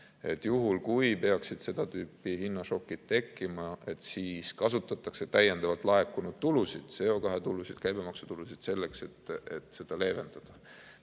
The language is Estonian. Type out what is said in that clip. juhul, kui peaksid seda tüüpi hinnašokid tekkima, kasutatakse täiendavalt laekunud tulusid, CO2tulusid, käibemaksutulusid selleks, et seda leevendada,